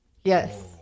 Yes